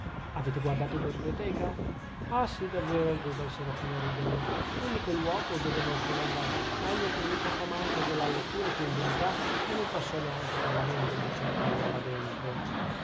avete guardato in biblioteca ah sì davvero gridò il serafino ridendo l'unico luogo dove non sono andato ma egli è così poco amante della lettura che in verità non mi passò neanche per la mente di cercarlo là dentro